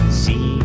see